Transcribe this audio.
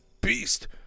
Beast